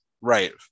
right